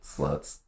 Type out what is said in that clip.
Sluts